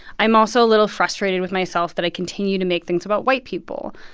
i'm also a little frustrated with myself that i continue to make things about white people.